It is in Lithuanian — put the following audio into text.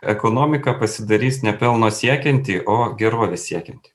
ekonomika pasidarys ne pelno siekianti o gerovės siekianti